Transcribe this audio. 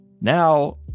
Now